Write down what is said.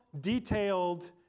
detailed